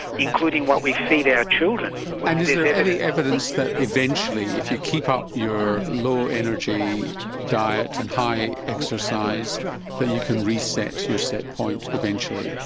including what we feed our children. and is there any evidence that eventually if you keep up your low energy diet and high exercise that you can reset your set point eventually?